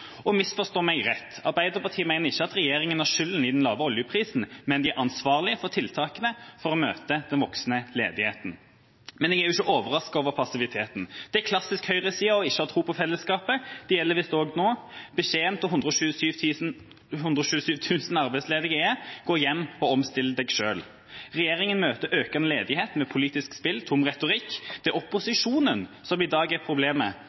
Misforstå meg rett: Arbeiderpartiet mener ikke at regjeringa er skyld i den lave oljeprisen, men de er ansvarlige for tiltakene for å møte den voksende ledigheten. Men jeg er ikke overrasket over passiviteten. Det er klassisk høyreside ikke å ha tro på fellesskapet. Det gjelder visst også nå. Beskjeden til 127 000 arbeidsledige er: Gå hjem og omstill deg selv! Regjeringa møter økende ledighet med politisk spill og tom retorikk – det er opposisjonen som i dag er problemet,